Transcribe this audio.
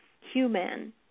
Human